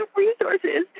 resources